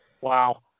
Wow